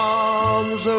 arms